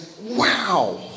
wow